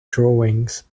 drawings